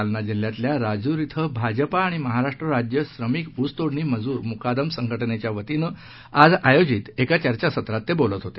जालना जिल्ह्यातल्या राजूर श्व भाजपा आणि महाराष्ट्र राज्य श्रमिक ऊसतोडणी मजूर मुकादम संघटनेच्यावतीनं आज आयोजित एका चर्चासत्रात ते बोलत होते